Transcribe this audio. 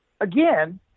again